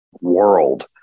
world